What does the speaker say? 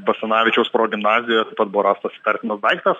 basanavičiaus progimnazija taip pat buvo rastas įtartinas daiktas